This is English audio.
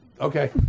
Okay